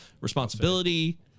responsibility